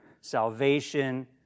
salvation